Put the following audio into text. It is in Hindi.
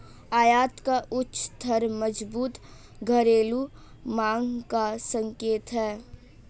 आयात का उच्च स्तर मजबूत घरेलू मांग का संकेत है